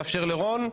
מאפשר לרון,